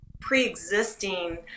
pre-existing